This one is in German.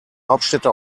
hauptstädte